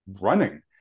running